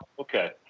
Okay